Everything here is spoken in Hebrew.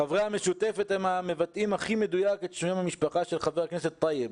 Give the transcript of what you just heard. חברי המשותפת מבטאים הכי מדויק את שם המשפחה של חבר הכנסת טייב.